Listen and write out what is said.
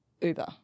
Uber